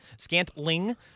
Scantling